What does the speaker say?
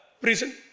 prison